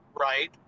right